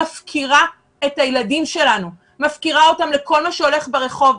מפקירה את הילדים שלנו מפקירה אותם לכל מה שהולך ברחוב,